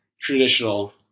traditional